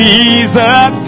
Jesus